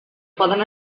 poden